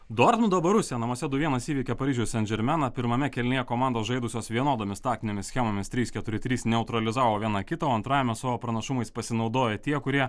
dortmundo borusija namuose du vienas įveikė paryžiaus saintdžermeną pirmame kėlinyje komandos žaidusios vienodomis taktinėmis schemomis trys keturi trys neutralizavo vieną kitą o antrajame savo pranašumais pasinaudojo tie kurie